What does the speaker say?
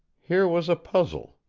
here was a puzzle,